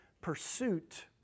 pursuit